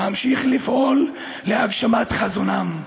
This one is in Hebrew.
אמשיך לפעול להגשמת חזונם.